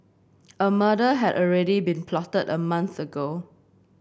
a murder had already been plotted a month ago